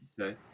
Okay